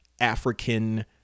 African